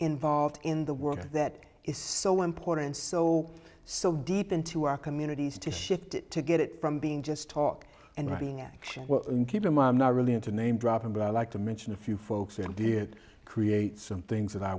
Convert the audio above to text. involved in the work that is so important so so deep into our communities to shift it to get it from being just talk and writing action and keep them i'm not really into name dropping but i like to mention a few folks and did create some things that i